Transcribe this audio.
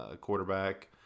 quarterback